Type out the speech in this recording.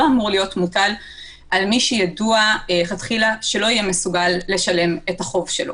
אמור להיות מוטל על מי שידוע מלכתחילה שלא יהיה מסוגל לשלם את החוב שלו.